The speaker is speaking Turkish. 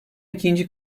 ikinci